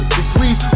degrees